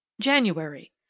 January